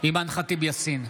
אימאן ח'טיב יאסין,